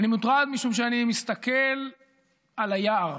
אני מוטרד משום שאני מסתכל על היער,